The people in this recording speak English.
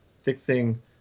fixing